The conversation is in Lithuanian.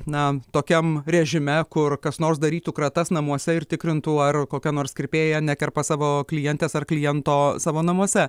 na tokiam režime kur kas nors darytų kratas namuose ir tikrintų ar kokia nors kirpėja nekerpa savo klientės ar kliento savo namuose